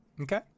Okay